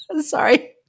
Sorry